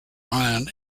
iron